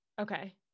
Okay